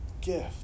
gift